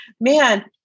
man